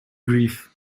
grief